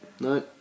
No